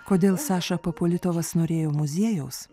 kodėl saša papolitovas norėjo muziejaus